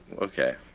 Okay